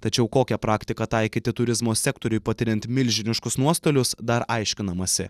tačiau kokią praktiką taikyti turizmo sektoriui patiriant milžiniškus nuostolius dar aiškinamasi